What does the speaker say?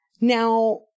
Now